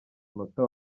munota